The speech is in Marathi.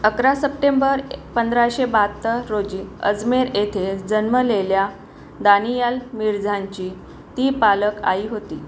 अकरा सप्टेंबर पंधराशे बहात्तर रोजी अजमेर येथे जन्मलेल्या दानियाल मिर्झांची ती पालक आई होती